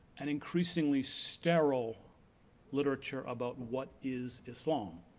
and increasingly sterile literature about what is islam.